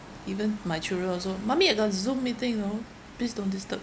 even my children also mummy I got Zoom meeting you know please don't disturb